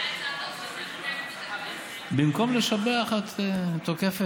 אז מה יצא מזה, במקום לשבח את תוקפת?